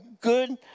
good